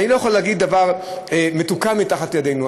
אני לא יכול להגיד: נוציא דבר מתוקן מתחת ידנו,